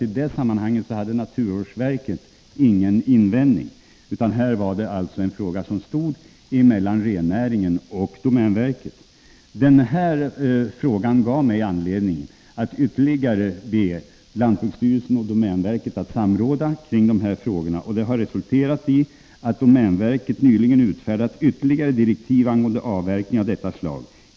I det sammanhanget hade naturvårdsverket ingen invändning, utan här var det en fråga som stod mellan rennäringen och domänverket. Den här frågan gav mig anledning att åter be lantbruksstyrelsen och domänverket att samråda kring dessa frågor, och det har resulterat i att domänverket nyligen har utfärdat ytterligare direktiv angående avverkning av detta slag.